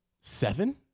seven